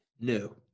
No